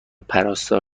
پرستار